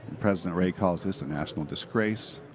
president ray calls this a national disgrace.